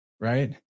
right